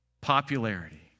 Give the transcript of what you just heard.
popularity